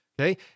Okay